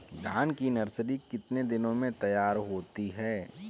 धान की नर्सरी कितने दिनों में तैयार होती है?